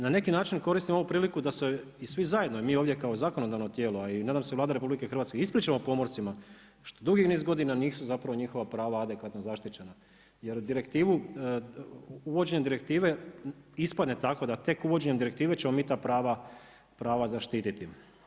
Na neki način koristim ovu priliku da se i svi zajedno i mi ovdje kao zakonodavno tijelo, a nadam se i RH ispričamo pomorcima što dugi niz godina nisu zapravo njihova prava adekvatno zaštićena, jer direktivu, uvođenje direktive ispadne tako da tek uvođenjem direktive ćemo mi ta prava zaštititi.